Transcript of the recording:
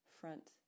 front